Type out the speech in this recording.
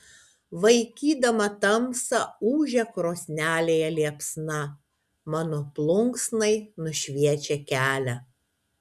vaikydama tamsą ūžia krosnelėje liepsna mano plunksnai nušviečia kelią